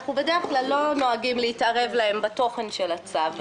בדרך כלל אנחנו לא נוהגים להתערב להם בתוכן של הצו,